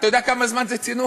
אתה יודע כמה זמן זה צינון?